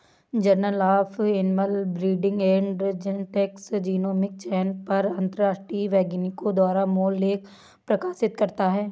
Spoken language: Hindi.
journal of animal breeding and genetics genomic चयन पर अंतरराष्ट्रीय वैज्ञानिकों द्वारा मूल लेख प्रकाशित करता है